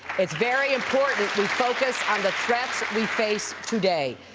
it's very important we focus on the threats we face today,